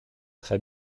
très